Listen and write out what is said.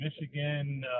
Michigan